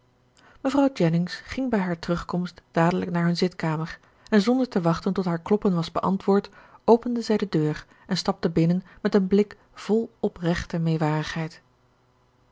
mevrouw jennings ging bij haar terugkomst dadelijk naar hun zitkamer en zonder te wachten tot haar kloppen was beantwoord opende zij de deur en stapte binnen met een blik vol oprechte